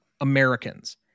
Americans